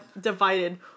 divided